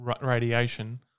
radiation